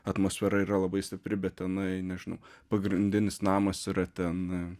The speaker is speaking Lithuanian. atmosfera yra labai stipri bet tenai nežinau pagrindinis namas yra ten